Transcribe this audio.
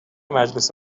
مجلس